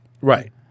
Right